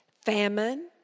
famine